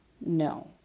no